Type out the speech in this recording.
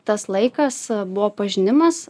tas laikas buvo pažinimas